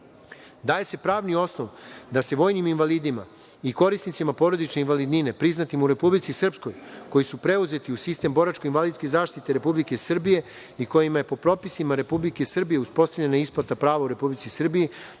se pravni osnov da se vojnim invalidima i korisnicima porodične invalidnine priznatim u Republici Srpskoj, koji su preuzeti u sistem boračko-invalidske zaštite Republike Srbije i kojima je po propisima Republike Srbije uspostavljena isplata prava u Republici Srbiji,